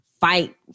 fight